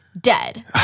dead